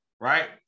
right